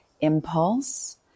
impulse